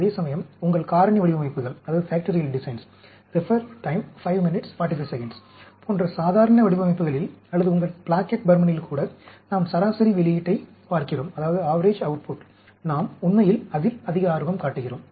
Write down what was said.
அதேசமயம் உங்கள் காரணி வடிவமைப்புகள் போன்ற சாதாரண வடிவமைப்புகளில் அல்லது உங்கள் பிளாக்கெட் பர்மனில் கூட நாம் சராசரி வெளியீட்டைப் பார்க்கிறோம் நாம் உண்மையில் அதில் அதிக ஆர்வம் காட்டுகிறோம்